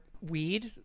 weed